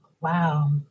Wow